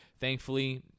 Thankfully